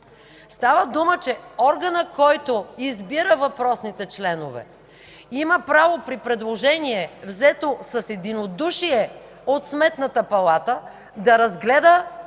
Става дума, че органът, който избира въпросните членове, има право при предложение, взето с единодушие от Сметната палата, да разгледа